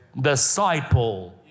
disciple